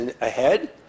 ahead